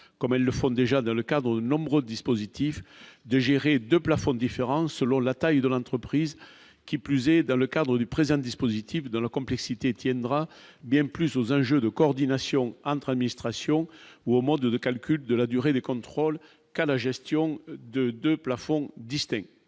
comme elles le font déjà dans le cadre de nombreux dispositifs de gérer 2 plafonds différents selon la taille de l'entreprise, qui plus est, dans le cadre du président dispositif dans la complexité tiendra bien plus aux enjeux de coordination entre administrations ou au mode de calcul de la durée des contrôles qu'à la gestion de 2 plafonds, en